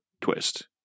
twist